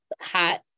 hot